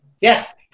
Yes